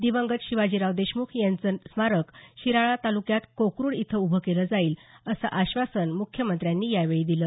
दिवंगत शिवाजीराव देशमुख यांचं स्मारक शिराळा तालुक्यात कोकरुड इथं उभं केलं जाईल असं आश्वासन मुख्यमंत्र्यांनी यावेळी दिलं